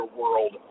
world